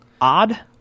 odd